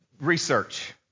research